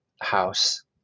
house